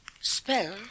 Spell